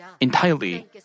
entirely